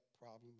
problem